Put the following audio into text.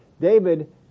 David